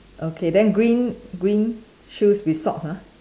okay then green green shoes with socks ha